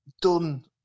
done